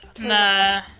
Nah